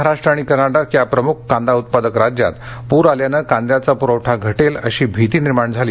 महाराष्ट्र आणि कर्ना क्रि या प्रमुख कांदा उत्पादक राज्यात प्र आल्यानं कांद्याचा पुरवठा घो के अशी भीति निर्माण झाली